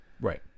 right